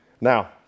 Now